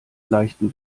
leichten